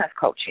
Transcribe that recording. coaching